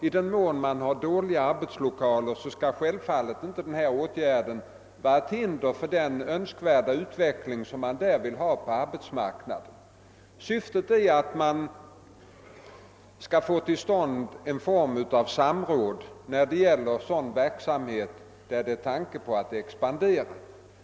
I den mån man har dåliga arbetslokaler skall denna åtgärd givetvis inte vara ett hinder för den utveckling mot allt bättre arbetsmiljö som man önskar på arbetsmarknaden. Nej, syftet är att få till stånd en form av samråd när det gäller sådan verksamhet där man har tanke på att expandera.